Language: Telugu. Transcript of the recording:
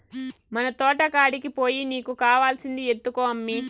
మన తోటకాడికి పోయి నీకు కావాల్సింది ఎత్తుకో అమ్మీ